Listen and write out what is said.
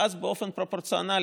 ואז באופן פרופורציונלי,